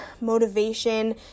motivation